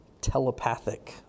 telepathic